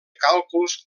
càlculs